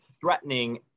threatening